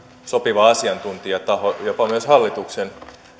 sopiva asiantuntijataho jopa myös hallituksen